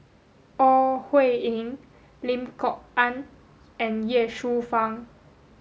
Ore Huiying Lim Kok Ann and Ye Shufang